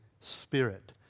Spirit